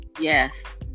Yes